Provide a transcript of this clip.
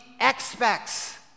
expects